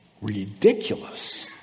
Ridiculous